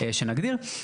יש הגבלה גם לנימוק.